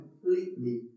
completely